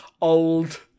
old